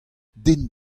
den